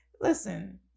Listen